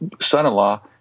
son-in-law